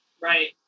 Right